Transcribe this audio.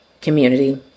community